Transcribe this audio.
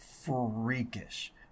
Freakish